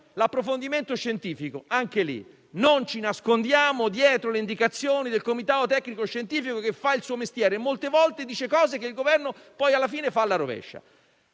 sull'approfondimento scientifico, non ci nascondiamo dietro le indicazioni del comitato tecnico-scientifico, che fa il suo mestiere e molte volte dà indicazioni che il Governo alla fine segue alla rovescia.